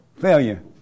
Failure